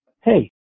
Hey